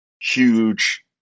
huge